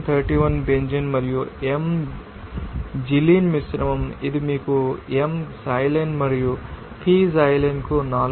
31 benzene మరియు m xylene మిశ్రమం ఇది మీకు m Xylene మరియు p Xylene కు 4